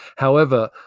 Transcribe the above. however,